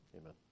Amen